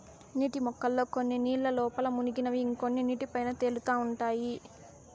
నీటి మొక్కల్లో కొన్ని నీళ్ళ లోపల మునిగినవి ఇంకొన్ని నీటి పైన తేలుతా ఉంటాయి